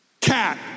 cat